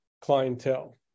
clientele